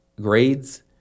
grades